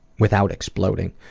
without exploding.